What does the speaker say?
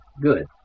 Good